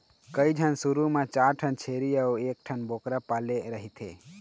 कइझन शुरू म चार ठन छेरी अउ एकठन बोकरा पाले रहिथे